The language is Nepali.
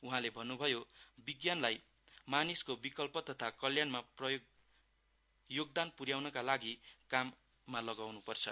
उहाँले भन्नुभयो विज्ञानलाई मानिसको विकास तथा कल्याणमा योगदान पुर्याउनका लागि काममा लगाउनु पर्छ